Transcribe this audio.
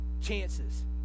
chances